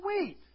wait